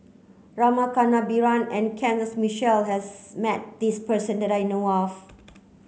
Rama Kannabiran and Kenneth Mitchell has met this person that I know of